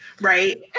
right